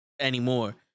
anymore